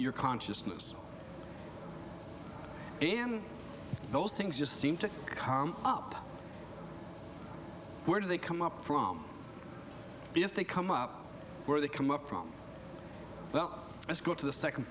your consciousness and those things just seem to come up where do they come up from if they come up where they come up from well let's go to the second